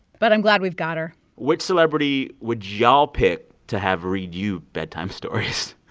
but i'm glad we've got her which celebrity would y'all pick to have read you bedtime stories?